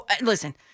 listen